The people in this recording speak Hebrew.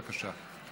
בבקשה.